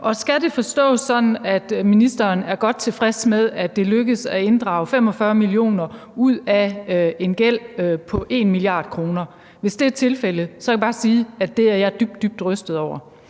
Skal det forstås sådan, at ministeren er godt tilfreds med, at det er lykkedes at inddrage 45 mio. kr. ud af en gæld på 1 mia. kr.? Hvis det er tilfældet, kan jeg bare sige, at det er jeg dybt, dybt rystet over